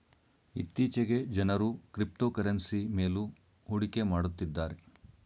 ಇತ್ತೀಚೆಗೆ ಜನರು ಕ್ರಿಪ್ತೋಕರೆನ್ಸಿ ಮೇಲು ಹೂಡಿಕೆ ಮಾಡುತ್ತಿದ್ದಾರೆ